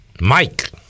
Mike